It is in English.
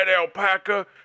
alpaca